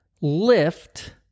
lift